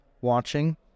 watching